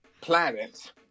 planet